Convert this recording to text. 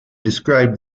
described